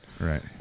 Right